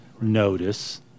notice